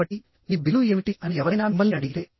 కాబట్టి మీ బిల్లు ఏమిటి అని ఎవరైనా మిమ్మల్ని అడిగితే